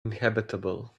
uninhabitable